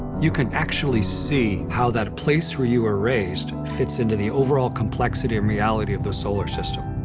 you can actually see how that place where you were raised fits into the overall complexity and reality of the solar system.